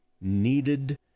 needed